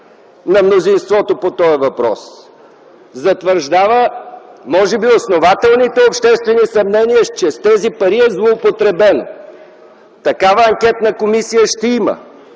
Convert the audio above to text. на мнозинството по този въпрос затвърждава може би основателните обществени съмнения, че с тези пари е злоупотребено. Такава анкетна комисия ще има.